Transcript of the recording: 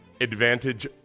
Advantage